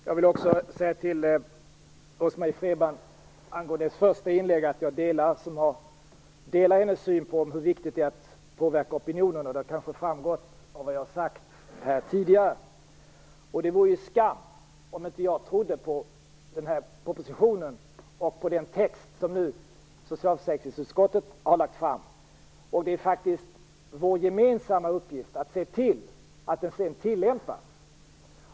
Herr talman! Angående Rose-Marie Frebrans första inlägg vill jag säga att jag delar hennes syn på hur viktigt det är att påverka opinionen. Det har kanske framgått av det jag har sagt här tidigare. Det vore ju skam om jag inte trodde på den här propositionen och på den text som nu socialförsäkringsutskottet har lagt fram. Det är faktiskt vår gemensamma uppgift att se till att den sedan tillämpas.